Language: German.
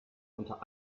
unter